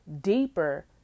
deeper